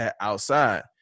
outside